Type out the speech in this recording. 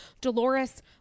Dolores